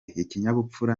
ikinyabupfura